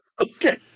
Okay